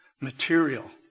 material